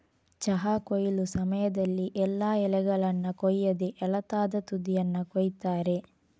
ಚಹಾ ಕೊಯ್ಲು ಸಮಯದಲ್ಲಿ ಎಲ್ಲಾ ಎಲೆಗಳನ್ನ ಕೊಯ್ಯದೆ ಎಳತಾದ ತುದಿಯನ್ನ ಕೊಯಿತಾರೆ